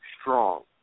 strong